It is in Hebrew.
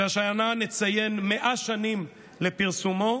והשנה נציין 100 שנים לפרסומו.